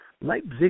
Leipzig